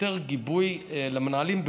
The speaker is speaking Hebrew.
יותר גיבוי למנהלים,